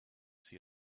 see